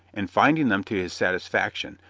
and finding them to his satisfaction,